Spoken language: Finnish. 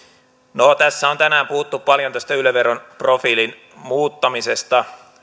tässä on tänään puhuttu paljon tästä yle veron profiilin muuttamisesta